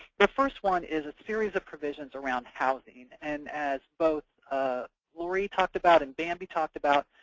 the first one is series of provisions around housing, and as both ah loree talked about and bamby talked about,